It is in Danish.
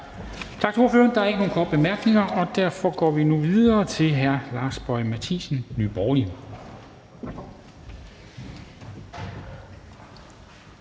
Tak til ordføreren. Der er ikke nogen korte bemærkninger, og derfor går vi nu videre til hr. Søren Søndergaard, Enhedslisten.